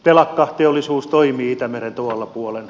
telakkateollisuus toimii itämeren tuolla puolen